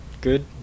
Good